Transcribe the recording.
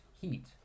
heat